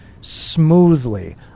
smoothly